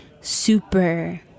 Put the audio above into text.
super